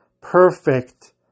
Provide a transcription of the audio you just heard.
perfect